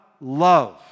love